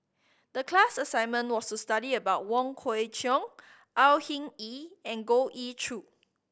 the class assignment was to study about Wong Kwei Cheong Au Hing Yee and Goh Ee Choo